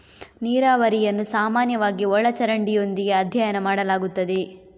ನೀರಾವರಿಯನ್ನು ಸಾಮಾನ್ಯವಾಗಿ ಒಳ ಚರಂಡಿಯೊಂದಿಗೆ ಅಧ್ಯಯನ ಮಾಡಲಾಗುತ್ತದೆ